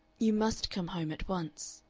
you must come home at once.